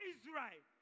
Israel